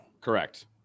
Correct